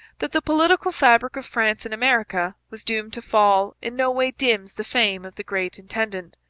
that the political fabric of france in america was doomed to fall in no way dims the fame of the great intendant.